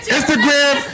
Instagram